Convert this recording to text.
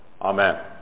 Amen